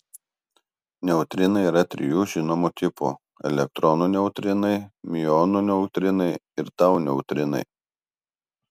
neutrinai yra trijų žinomų tipų elektronų neutrinai miuonų neutrinai ir tau neutrinai